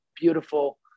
beautiful